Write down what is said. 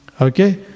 Okay